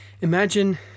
imagine